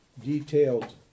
detailed